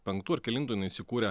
penktų ar kelintų jinai įsikūrė